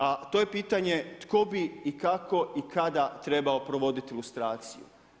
A to je pitanje tko bi i kako i kada trebao provoditi lustraciju?